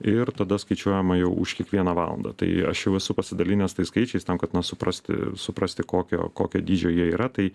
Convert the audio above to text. ir tada skaičiuojama jau už kiekvieną valandą tai aš jau esu pasidalinęs tais skaičiais tam kad na suprasti suprasti kokio kokio dydžio jie yra tai